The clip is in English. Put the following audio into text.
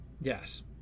yes